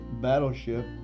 Battleship